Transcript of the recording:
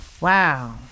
Wow